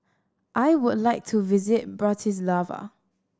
I would like to visit Bratislava